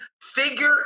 figure